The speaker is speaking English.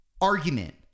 argument